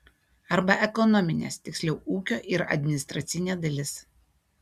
arba ekonominės tiksliau ūkio ir administracinė dalis